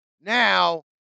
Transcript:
now